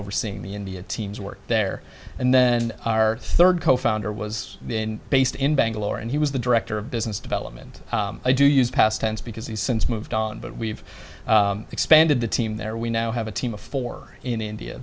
overseeing the india team's work there and then our third cofounder was in based in bangalore and he was the director of business development i do use past tense because he's since moved on but we've expanded the team there we now have a team of four in india